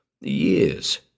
years